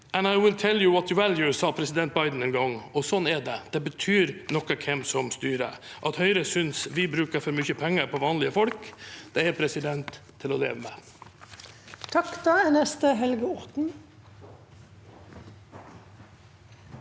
and I’ll tell you what you value» sa president Biden en gang, og sånn er det. Det betyr noe hvem som styrer. At Høyre synes vi bruker for mye penger på vanlige folk, er til å leve med. Kari Henriks en hadde